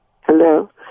Hello